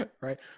right